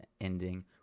ending